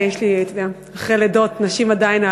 אחרי לידות, נשים עדיין,